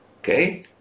Okay